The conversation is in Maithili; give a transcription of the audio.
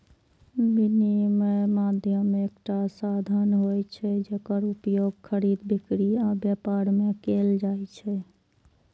विनिमय माध्यम एकटा साधन होइ छै, जेकर उपयोग खरीद, बिक्री आ व्यापार मे कैल जाइ छै